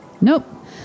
nope